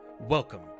Welcome